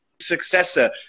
Successor